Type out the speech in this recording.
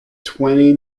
twenty